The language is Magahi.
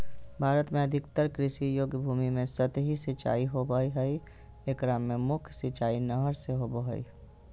भारत में अधिकतर कृषि योग्य भूमि में सतही सिंचाई होवअ हई एकरा मे मुख्य सिंचाई नहर से होबो हई